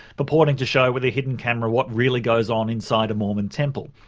purporting to show with a hidden camera what really goes on inside a mormon temple.